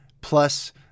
plus